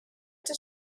does